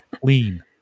clean